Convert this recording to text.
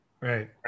right